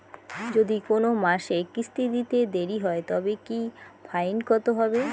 যদি কোন মাসে কিস্তি দিতে দেরি হয় তবে কি ফাইন কতহবে?